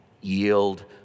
yield